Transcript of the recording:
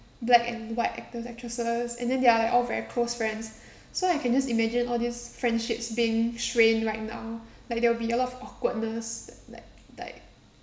black and white actors actresses and then they're like all very close friends so I can just imagine all these friendships being strained right now like there will be a lot of awkwardness like like